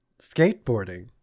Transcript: Skateboarding